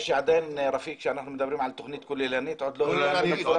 זה שעדיין אנחנו מדברים על תוכנית כוללנית עוד לא הגענו למפורטת.